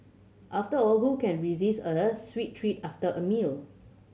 after all who can resist a sweet treat after a meal